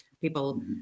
People